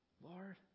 Lord